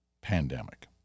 pandemic